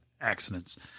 accidents